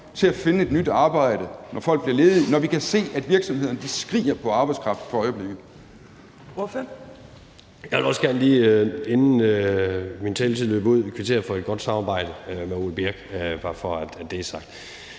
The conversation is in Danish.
til at finde et nyt arbejde, når folk bliver ledige, når vi kan se, at virksomhederne skriger på arbejdskraft for øjeblikket?